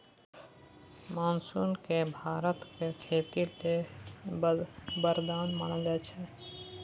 monsoon केँ भारतक खेती लेल बरदान मानल गेल छै